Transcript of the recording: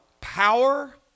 power